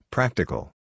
Practical